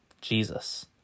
Jesus